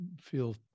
feel